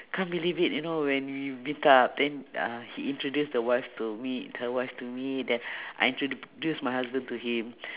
cant believe it you know when we meet up then uh he introduced the wife to me her wife to me then I introduce my husband to him